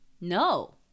No